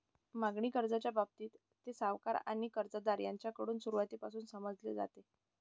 मागणी कर्जाच्या बाबतीत, ते सावकार आणि कर्जदार यांच्याकडून सुरुवातीपासूनच समजले जाते